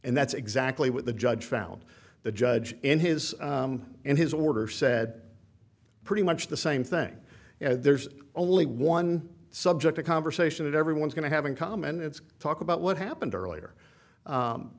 and that's exactly what the judge found the judge in his in his order said pretty much the same thing there's only one subject of conversation that everyone's going to have in common it's talk about what happened earlier